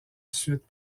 suite